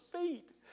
feet